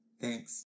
Thanks